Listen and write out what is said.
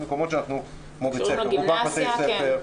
מקומות כמו בתי ספר,